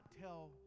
tell